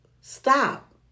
Stop